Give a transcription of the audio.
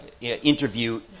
interview